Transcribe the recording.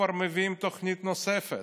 כבר מביאים תוכנית נוספת.